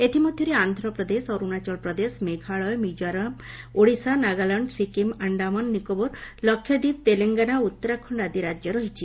ଏଥିମଧ୍ୟରେ ଆନ୍ଧ୍ରପ୍ରଦେଶ ଅରୁଣାଚଳପ୍ରଦେଶ ମେଘଳୟ ମିଜୋରାମ ଓଡ଼ିଶା ନାଗାଲାଣ୍ଡ ସିକିମ୍ ଆଣ୍ଡାମାନ ନିକୋବର ଲାକ୍ଷାଦ୍ୱୀପ ତେଲଙ୍ଗାନା ଓ ଉତ୍ତରାଖଣ୍ଡ ଆଦି ରାଜ୍ୟ ରହିଛି